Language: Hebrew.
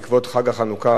בעקבות חג החנוכה,